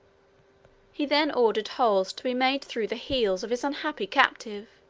he then ordered holes to be made through the heels of his unhappy captive,